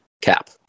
cap